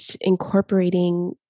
incorporating